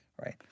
right